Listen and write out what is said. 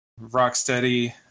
rocksteady